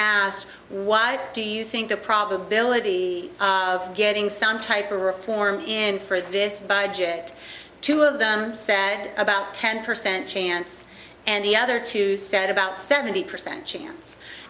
asked why do you think the probability of getting some type of reform in for this budget two of them sat about ten percent chance and the other two said about seventy percent chance